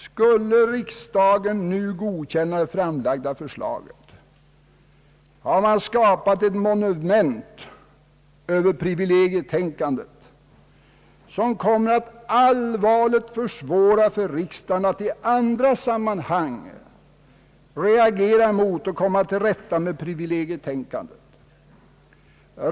Skulle riksdagen nu godkänna det framlagda förslaget har man skapat ett monument över privilegietänkandet, som kommer att allvarligt försvåra för riksdagen att i andra sammanhang reagera mot och komma till rätta med privilegietänkandet.